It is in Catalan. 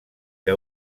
que